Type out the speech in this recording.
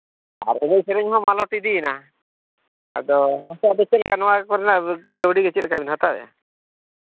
ᱟᱨ ᱮᱱᱮᱡ ᱥᱮᱨᱮᱧ ᱦᱚᱸ ᱢᱟᱞᱚᱴ ᱤᱫᱤᱭᱮᱱᱟ ᱟᱫᱚ ᱱᱤᱛᱚᱜ ᱫᱚ ᱪᱮᱫ ᱞᱮᱠᱟ ᱱᱚᱣᱟ ᱠᱚᱨᱮᱱᱟᱜ ᱠᱟᱹᱣᱰᱤ ᱜᱮ ᱪᱮᱫ ᱞᱮᱠᱟ ᱵᱤᱱ ᱦᱟᱛᱟᱣᱮᱫᱼᱟ